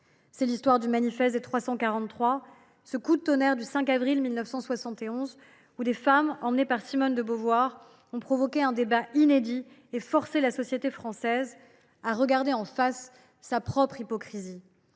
C’est l’histoire du manifeste des 343, ce coup de tonnerre du 5 avril 1971, lorsque des femmes, emmenées par Simone de Beauvoir, ont provoqué un débat inédit et forcé la société française à regarder en face sa propre hypocrisie.